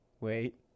Wait